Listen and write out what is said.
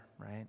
right